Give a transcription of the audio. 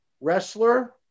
wrestler